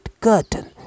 curtain